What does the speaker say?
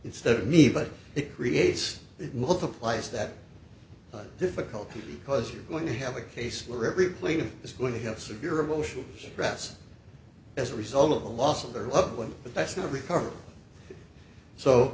instead of me but it creates it multiplies that difficulty because you're going to have a case where every plane is going to have severe emotional stress as a result of the loss of their loved one but that's never recovered so